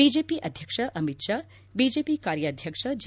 BJP ಅಧ್ಯಕ್ಷ Amit Shah BJP ಕಾರ್ಯಧ್ಯಕ್ಷ J